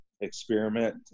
experiment